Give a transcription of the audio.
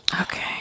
Okay